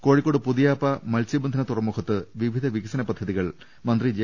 കോഴിക്കോട് പുതിയാപ്പ മത്സ്യബന്ധന തുറമുഖത്ത് വിവിധ വികസന പദ്ധതികൾ മന്ത്രി ജെ